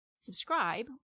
subscribe